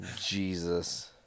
Jesus